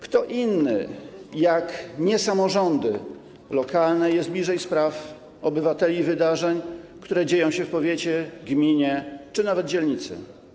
Kto inny jak nie samorządy lokalne jest bliżej spraw obywateli i wydarzeń, które dzieją się w powiecie, gminie czy nawet dzielnicy.